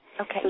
Okay